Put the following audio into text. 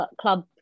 club